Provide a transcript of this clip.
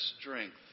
strength